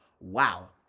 Wow